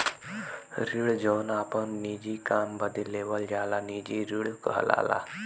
ऋण जौन आपन निजी काम बदे लेवल जाला निजी ऋण कहलाला